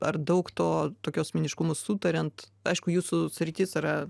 ar daug to tokios meniškumo sutariant aišku jūsų sritis yra